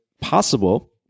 possible